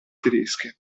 tedesche